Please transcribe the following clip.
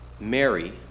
Mary